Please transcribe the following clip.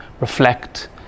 reflect